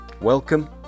Welcome